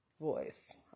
voice